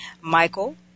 Michael